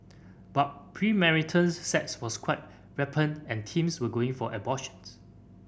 but premarital sex was quite rampant and teens were going for abortions